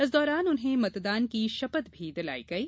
इस दौरान उन्हें मतदान की शपथ भी दिलाई गई